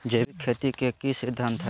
जैविक खेती के की सिद्धांत हैय?